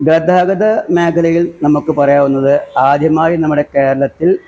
ഗതാഗത മേഖലയില് നമുക്ക് പറയാവുന്നത് ആദ്യമായി നമ്മുടെ കേരളത്തില്